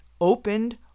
opened